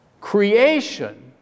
creation